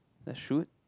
the shoot